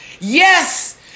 Yes